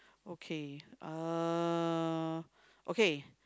okay uh okay